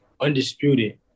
undisputed